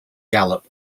gallup